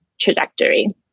trajectory